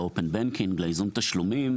לייזום תשלומים,